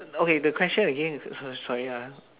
okay the question again s~ sorry ah